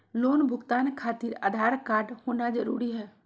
Loan भुगतान खातिर Aadhaar card होना जरूरी है?